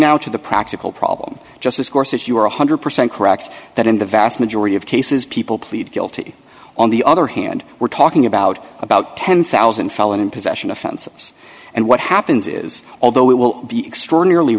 now to the practical problem justice course if you are one hundred percent correct that in the vast majority of cases people plead guilty on the other hand we're talking about about ten thousand felon in possession offenses and what happens is although it will be extraordinarily